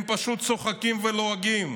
הם פשוט צוחקים ולועגים.